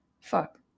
Fuck